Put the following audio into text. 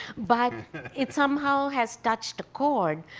but it somehow has touched a chord.